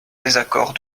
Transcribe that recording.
désaccord